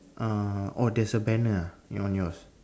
uh oh there's a banner ah on yours